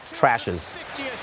trashes